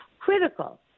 critical